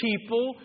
people